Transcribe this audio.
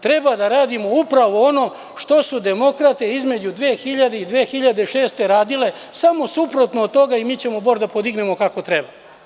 Treba da radimo upravo ono što su demokrate između 2000. i 2006. godine, samo suprotno od toga i mi ćemo Bor da podignemo kako treba.